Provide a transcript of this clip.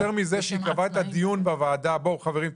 חברים,